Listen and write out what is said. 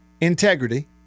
integrity